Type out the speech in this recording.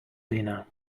dinner